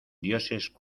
dioses